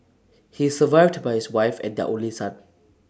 he is survived by his wife and their only son